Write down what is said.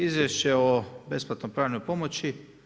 Izvješće o besplatnoj pravnoj pomoći.